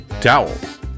towels